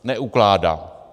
Neukládá.